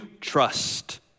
trust